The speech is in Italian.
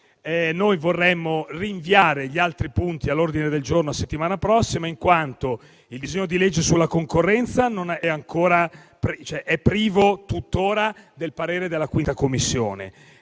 di rinviare gli altri punti all'ordine del giorno alla settimana prossima, in quanto il disegno di legge sulla concorrenza è tuttora privo del parere della 5a Commissione